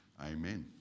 Amen